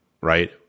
right